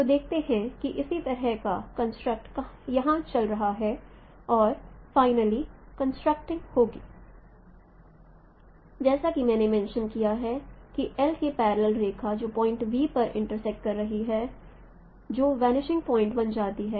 तो देखते हैं कि इसी तरह का कंस्ट्रक्ट यहां चल रहा है और फाइनली कंस्ट्रक्टिंग होगा जैसा कि मैंने मेशंड किया है कि L के पैरलेल रेखा जो पॉइंट V पर इंटर्सेक्ट कर रही है जो वनिशिंग पॉइंट बन जाती है